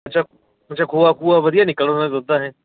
ਅੱਛਾ ਅੱਛਾ ਖੋਆ ਖੁਆ ਵਧੀਆ ਨਿਕਲਦਾ ਦੁੱਧ ਦਾ ਹੈਂ